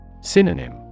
Synonym